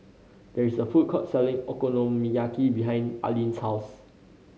there is a food court selling Okonomiyaki behind Aleen's house